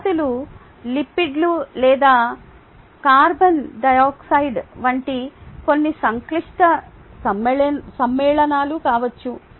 జాతులు లిపిడ్లు లేదా కార్బన్ డయాక్సైడ్ వంటి కొన్ని సంక్లిష్ట సమ్మేళనాలు కావచ్చు